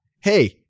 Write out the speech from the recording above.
Hey